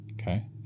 okay